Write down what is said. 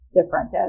different